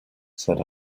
said